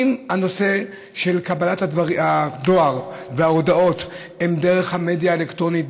אם הנושא של קבלת הדואר וההודעות דרך המדיה האלקטרונית,